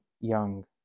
young